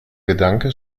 gedanke